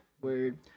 Weird